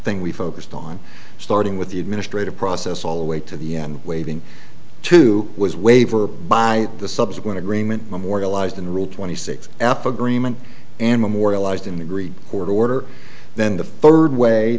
thing we focused on starting with the administrative process all the way to the end waiving to was waiver by the subsequent agreement memorialized in the rule twenty six f agreement and memorialized in the greek order order then the third way